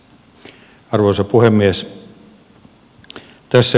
arvoisa puhemies